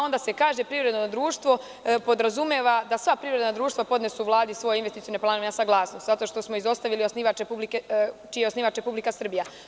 Onda se kaže – privredno društvo podrazumeva da sva privredna društva podnesu Vladi svoje investicione planove na saglasnost, zato što smo ostavili čiji je osnivač Republika Srbija.